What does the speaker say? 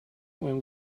when